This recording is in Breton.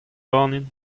ganin